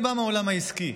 אני בא מהעולם העסקי,